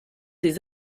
des